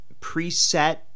preset